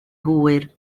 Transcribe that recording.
hwyr